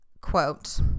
quote